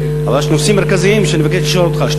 אבל יש נושאים מרכזיים שאני מבקש לשאול אותך לגביהם.